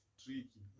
tricky